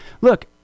look